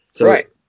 Right